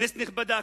כנסת נכבדה,